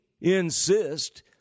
insist